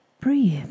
Breathe